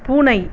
பூனை